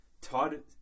Todd